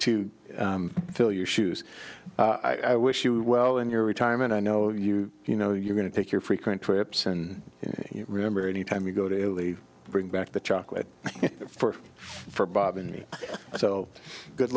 to fill your shoes i wish you well in your retirement i know you you know you're going to take your frequent trips and you remember any time you go to really bring back the chocolate for for bob and me so good